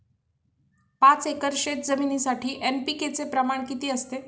पाच एकर शेतजमिनीसाठी एन.पी.के चे प्रमाण किती असते?